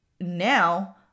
now